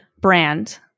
brand –